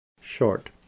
short